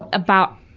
about,